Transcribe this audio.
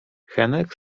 henek